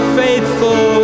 faithful